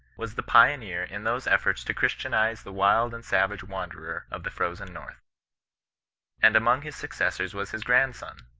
was the pioneer in those efforts to christianize the wild and savage wanderer of the frozen north and among his successors was his grandson,